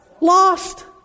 lost